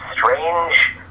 Strange